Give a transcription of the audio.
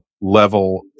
level